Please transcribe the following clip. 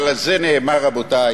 אבל על זה נאמר, רבותי: